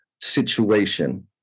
situation